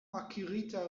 akirita